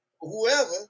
whoever